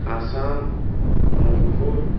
Assam Manipur